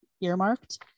earmarked